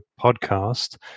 podcast